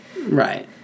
Right